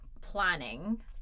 planning